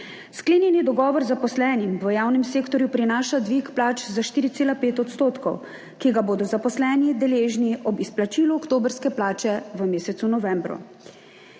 Sklenjeni dogovor zaposlenim v javnem sektorju prinaša dvig plač za 4,5 %, ki ga bodo zaposleni deležni ob izplačilu oktobrske plače v mesecu novembru.